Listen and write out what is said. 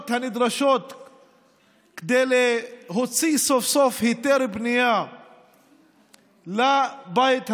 הנדרשות כדי להוציא סוף-סוף היתר בנייה לבית הזה,